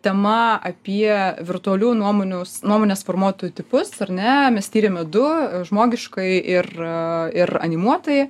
tema apie virtualių nuomonių nuomonės formuotojų tipus ar ne mes tyrėme du žmogiškąjį ir ir animuotąjį